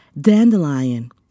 Dandelion